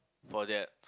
for that